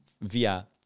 via